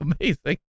amazing